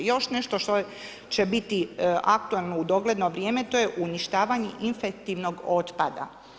Još nešto što će biti aktualno u dogledno vrijeme, to je uništavanje infektivnog otpada.